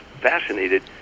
fascinated